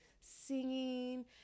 singing